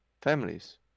families